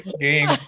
game